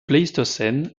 pléistocène